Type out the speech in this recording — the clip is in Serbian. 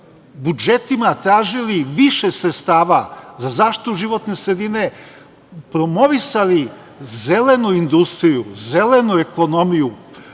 budžetima tražili više sredstava za zaštitu životne sredine, promovisali zelenu industriju, zelenu ekonomiju,